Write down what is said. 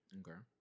okay